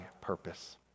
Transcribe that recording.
purpose